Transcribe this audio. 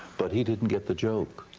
but he didn't get the joke,